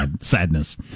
sadness